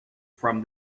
from